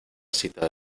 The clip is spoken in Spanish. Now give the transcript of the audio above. cita